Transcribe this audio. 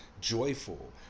joyful